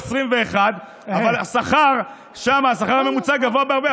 אבל שם השכר הממוצע גבוה בהרבה.